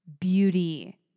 beauty